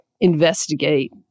investigate